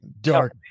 dark